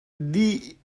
dih